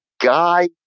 guy